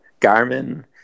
Garmin